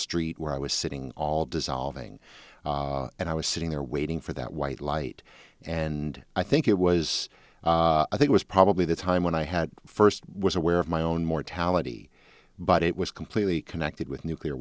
street where i was sitting all dissolve ing and i was sitting there waiting for that white light and i think it was i think was probably the time when i had first was aware of my own mortality but it was completely connected with nuclear